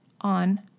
on